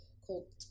called